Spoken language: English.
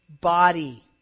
body